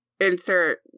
insert